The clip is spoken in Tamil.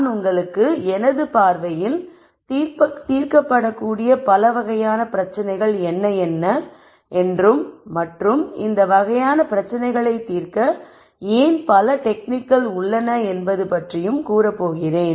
நான் உங்களுக்கு எனது பார்வையில் தீர்க்கப்படக்கூடிய பலவகையான பிரச்சினைகள் என்ன என்ன என்றும் மற்றும் இந்த வகையான பிரச்சனைகளை தீர்க்க ஏன் பல டெக்னிக்கள் உள்ளன என்பது பற்றியும் கூற போகிறேன்